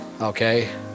Okay